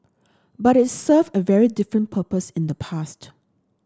but it served a very different purpose in the past